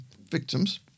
victims